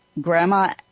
Grandma